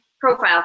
profile